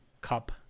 cup